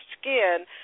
skin